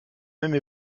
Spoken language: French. même